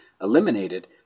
eliminated